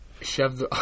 shoved